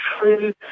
true